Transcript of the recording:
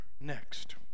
next